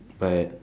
but